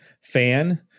fan